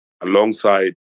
alongside